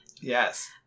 Yes